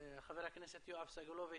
חבר הכנסת יואב סגלוביץ'